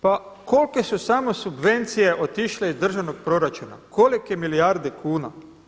Pa kolike su samo subvencije otišle iz državnog proračuna, kolike milijarde kuna?